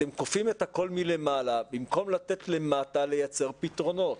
אתם כופים את הכול מלמעלה במקום לתת לאלה שלמטה לייצר פתרונות.